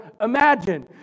imagine